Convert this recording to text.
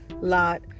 lot